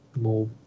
more